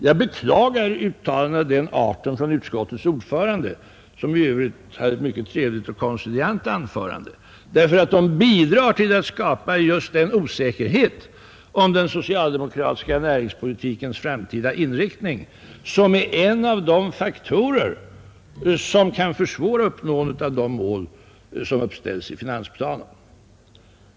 Jag beklagar uttalanden av den arten från utskottets ordförande — som i övrigt höll ett mycket trevligt och konciliant anförande — därför att sådana uttalanden bidrar till att skapa just den osäkerhet om den socialdemokratiska näringspolitikens framtida inriktning som är en av de faktorer som kan försvåra uppnåendet av de mål som uppställts i finansplanen.